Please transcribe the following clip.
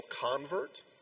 convert